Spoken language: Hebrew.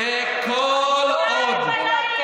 די כבר,